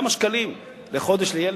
כמה שקלים לחודש לילד?